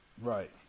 Right